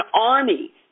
army